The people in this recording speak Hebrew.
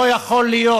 לא יכול להיות